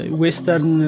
western